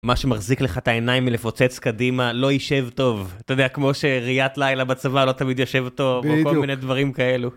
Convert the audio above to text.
מה שמחזיק לך את העיניים מלפוצץ קדימה לא יישב טוב. אתה יודע, כמו שראיית לילה בצבא לא תמיד יושב טוב, או כל מיני דברים כאלו.